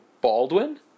Baldwin